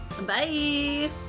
bye